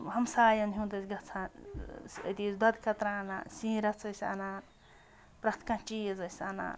ہَمسایَن ہُنٛد ٲسۍ گَژھان سُہ أتی ٲسۍ دۄدٕ قطرہ اَنان سِنۍ رَژھ ٲسۍ اَنان پرٛٮ۪تھ کانٛہہ چیٖز ٲسۍ اَنان